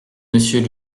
monsieur